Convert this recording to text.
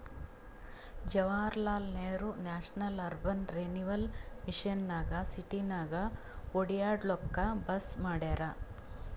Jawaharlal Nehru National Urban Renewal Mission ನಾಗ್ ಸಿಟಿನಾಗ್ ಒಡ್ಯಾಡ್ಲೂಕ್ ಬಸ್ ಮಾಡ್ಯಾರ್